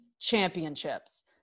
championships